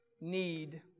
need